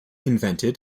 invented